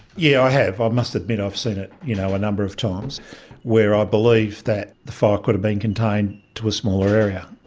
yeah, i have. i must admit i've seen it you know a number of times where i believe that the fire could have been contained to a smaller area.